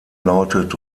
lautet